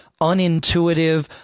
unintuitive